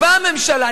אז באה הממשלה,